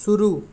शुरू